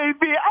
baby